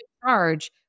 charge